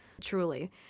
truly